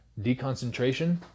deconcentration